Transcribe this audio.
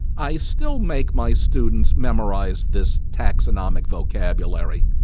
i still make my students memorise this taxonomic vocabulary.